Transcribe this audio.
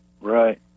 Right